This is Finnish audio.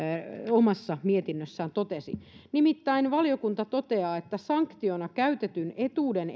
omassa mietinnössään totesi nimittäin valiokunta totesi että sanktiona käytetyn etuuden